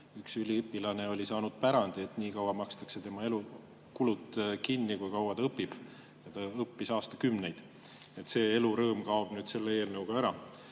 üks üliõpilane oli saanud pärandi, et nii kaua makstakse tema elukulud kinni, kuni ta õpib, ja ta õppis aastakümneid. See elurõõm kaob nüüd selle eelnõuga ära.